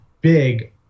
big